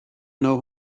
know